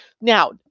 Now